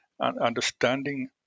understanding